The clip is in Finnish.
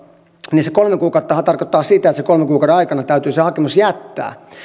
niin se kolme kuukauttahan tarkoittaa sitä että kolmen kuukauden aikana täytyy hakemus jättää